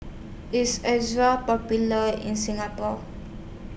IS Ezerra Popular in Singapore